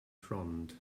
front